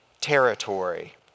territory